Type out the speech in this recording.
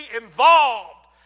involved